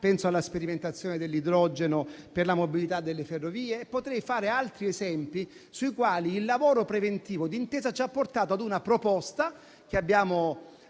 e alla sperimentazione dell'idrogeno per la mobilità delle ferrovie. Potrei fare altri esempi sui quali il lavoro preventivo di intesa ci ha portato a una proposta, che abbiamo